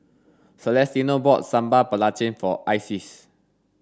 Celestino bought sambal belacan for Isis